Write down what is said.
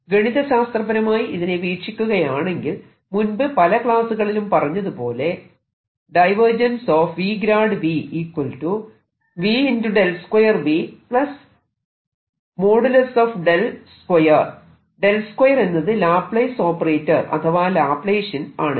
ഗണിത ശാസ്ത്രപരമായി ഇതിനെ വീക്ഷിക്കുകയാണെങ്കിൽ മുൻപ് പല ക്ലാസ്സുകളിലും പറഞ്ഞത് പോലെ 2 എന്നത് ലാപ്ലേസ് ഓപ്പറേറ്റർ അഥവാ ലാപ്ലേഷ്യൻ ആണ്